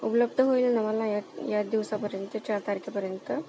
उपलब्ध होईल ना मला या या दिवसापर्यंत चार तारखेपर्यंत